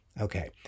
Okay